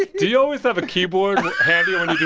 you always have a keyboard handy when